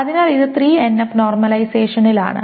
അതിനാൽ ഇത് 3NF നോർമലൈസേഷനിലാണ്